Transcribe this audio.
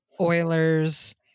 Oilers